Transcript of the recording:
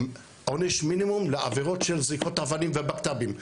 עונש מינימום לעבירות של זריקות אבנים ובקת"בים,